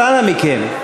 אז אנא מכם.